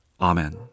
Amen